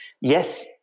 Yes